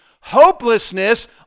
Hopelessness